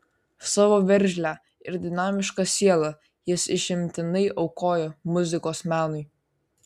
savo veržlią ir dinamišką sielą jis išimtinai aukojo muzikos menui